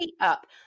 up